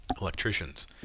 electricians